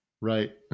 Right